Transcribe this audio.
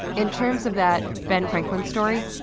in terms of that ben franklin story,